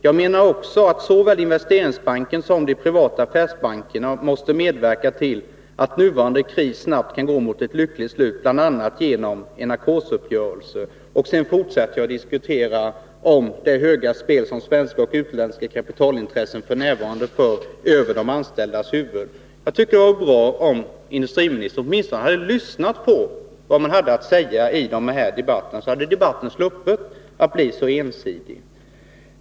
Jag menar också att såväl Investeringsbanken som de privata affärsbankerna måste medverka till att nuvarande kris snabbt kan gå mot ett lyckligt slut, bl.a. genom en ackordsuppgörelse.” Därefter fortsätter jag att diskutera kring det höga spel som svenska och utländska kapitalintressen för över de anställdas huvuden. Det hade varit bra om industriministern åtminstone hade lyssnat tillvad jag sade. Då hade debatten sluppit att bli så ensidig.